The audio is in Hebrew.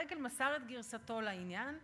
פרנקל מסר את גרסתו לעניין,